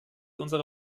unsere